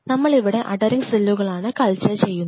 നമ്മൾ ഇവിടെ അധെറിങ് സെല്ലുകളാണ് കൾച്ചർ ചെയ്യുന്നത്